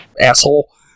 Asshole